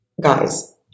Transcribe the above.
guys